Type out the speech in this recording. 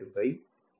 8 ஆக இருக்கும்